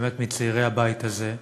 באמת מצעירי הבית הזה.